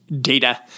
data